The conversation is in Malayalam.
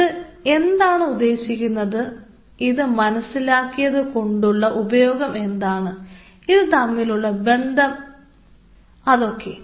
ഇത് എന്താണ് ഉദ്ദേശിക്കുന്നത് ഇത് മനസ്സിലാക്കിയത് കൊണ്ടുള്ള ഉപയോഗം എന്താണ് ഇത് തമ്മിലുള്ള ബന്ധം അതൊക്കെ